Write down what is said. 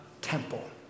temple